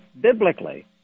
biblically